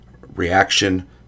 reaction